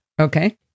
Okay